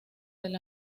del